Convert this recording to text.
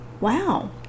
wow